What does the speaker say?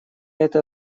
это